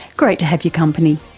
great to have your company.